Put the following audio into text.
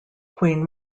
queen